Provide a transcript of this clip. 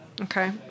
Okay